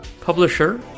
publisher